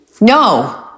No